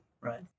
right